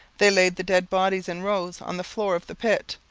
they laid the dead bodies in rows on the floor of the pit,